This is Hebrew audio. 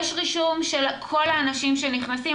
יש רישום של כל האנשים שנכנסים,